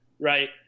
Right